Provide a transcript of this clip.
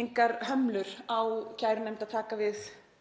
engar hömlur á kærunefnd að taka við